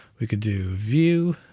we could do view,